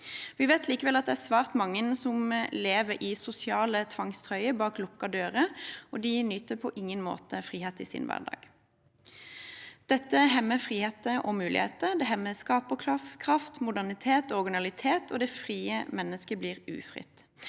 Vi vet likevel at det er svært mange som lever i sosiale tvangstrøyer bak lukkede dører, og de nyter på ingen måte frihet i sin hverdag. Dette hemmer friheter og muligheter, det hemmer skaperkraft, modernitet og originalitet, og det frie mennesket blir ufritt.